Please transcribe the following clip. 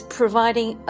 providing